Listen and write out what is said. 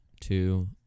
two